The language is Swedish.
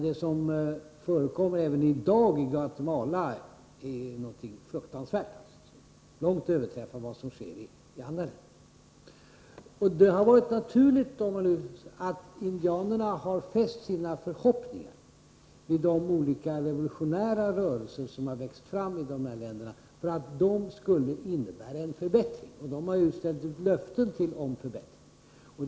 Det som förekommer även i dag i Guatemala är något fruktansvärt, som vida överträffar vad som sker i andra länder. Det har varit naturligt att indianerna har fäst sina förhoppningar vid de olika revolutionära rörelser som växt fram i de här länderna — att dessa rörelser skulle innebära en förbättring. De har ju ställt ut löften om förbättringar.